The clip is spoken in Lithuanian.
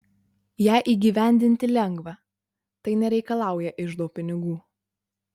ją įgyvendinti lengva tai nereikalauja iždo pinigų